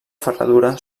ferradura